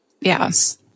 Yes